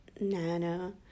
Nana